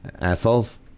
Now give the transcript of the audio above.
Assholes